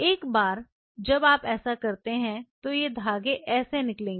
एक बार जब आप ऐसा करते हैं तो ये धागे ऐसे निकलेंगे